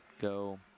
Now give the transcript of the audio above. go